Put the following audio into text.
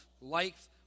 Life